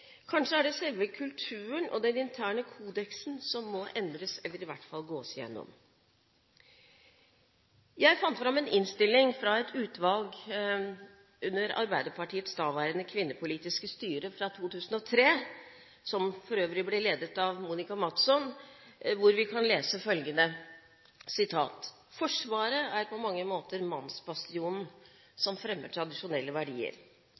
Kanskje er det selve kulturen og den interne kodeksen som må endres – eller i hvert fall gås igjennom. Jeg fant fram en innstilling fra et utvalg under Arbeiderpartiets daværende kvinnepolitiske styre, fra 2003, som for øvrig ble ledet av Monica Mattsson, hvor vi kan lese følgende: «Forsvaret er på mange måter en mannsbastion som fremmer tradisjonelle verdier.